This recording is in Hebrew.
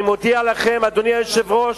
אני מודיע לכם, אדוני היושב-ראש,